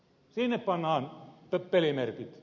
sinne pannaan pelimerkit